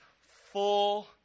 full